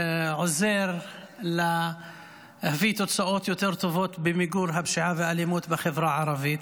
עוזר להביא תוצאות יותר טובות במיגור הפשיעה והאלימות בחברה הערבית.